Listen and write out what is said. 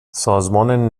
سازمان